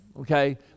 okay